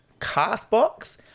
Castbox